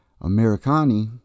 Americani